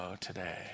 today